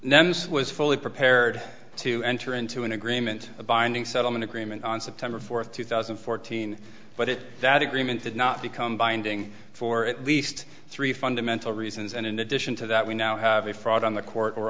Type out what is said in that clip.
numbs was fully prepared to enter into an agreement a binding settlement agreement on september fourth two thousand and fourteen but it that agreement did not become binding for at least three fundamental reasons and in addition to that we now have a fraud on the court or